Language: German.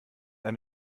eine